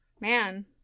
Man